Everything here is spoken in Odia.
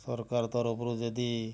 ସରକାର ତରଫରୁ ଯଦି